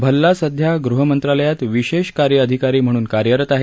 भल्ला सध्या गृहमंत्रालयात विशेष कार्यअधिकारी म्हणून कार्यरत आहेत